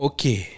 Okay